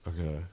Okay